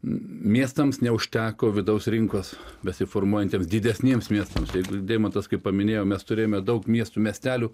miestams neužteko vidaus rinkos besiformuojantiems didesniems miestams jeigu deimantas kaip paminėjo mes turėjome daug miestų miestelių